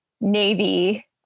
Navy